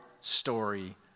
story